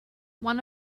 one